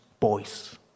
voice